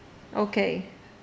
okay